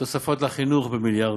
תוספות לחינוך במיליארדים.